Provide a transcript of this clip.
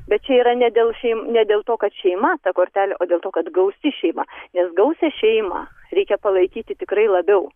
bet čia yra ne dėl šeim ne dėl to kad šeima ta kortelė o dėl to kad gausi šeima nes gausią šeimą reikia palaikyti tikrai labiau